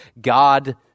God